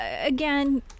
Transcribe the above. again